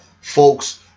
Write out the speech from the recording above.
folks